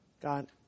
God